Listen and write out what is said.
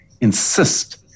insist